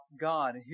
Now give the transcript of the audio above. God